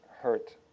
hurt